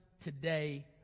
today